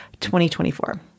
2024